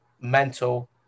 mental